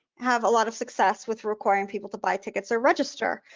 have a lot of success with requiring people to buy tickets or register.